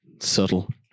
subtle